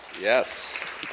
Yes